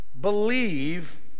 believe